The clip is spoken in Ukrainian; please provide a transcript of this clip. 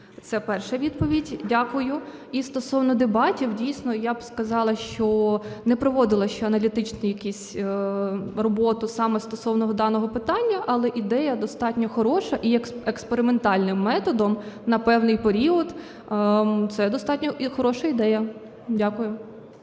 Це перша відповідь. Дякую. І стосовно дебатів. Звісно, я би сказала, що не проводила ще аналітичну якусь роботу саме стосовно даного питання, але ідея достатньо хороша, і експериментальним методом на певний період це достатньо хороша ідея. Дякую.